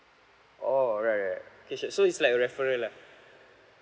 oh right right right okay sure so it's like a referral lah